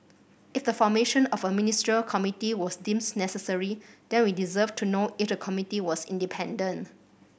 if the formation of a Ministerial Committee was deemed necessary then we deserve to know if the committee was independent